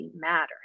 matters